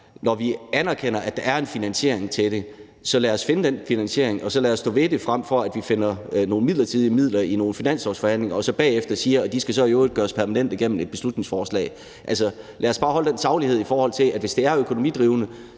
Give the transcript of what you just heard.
når vi anerkender, at der er en finansiering til det, så lad os finde den finansiering, og så lad os stå ved det, frem for at vi finder nogle midlertidige midler i nogle finanslovsforhandlinger og så bagefter siger, at de i øvrigt skal gøres permanente gennem et beslutningsforslag. Altså, lad os bare holde den saglighed, i forhold til at hvis det er økonomidrivende,